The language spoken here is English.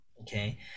okay